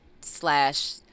slash